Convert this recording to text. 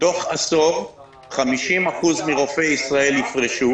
תוך עשור 50% מרופאי ישראל יפרשו